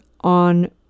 on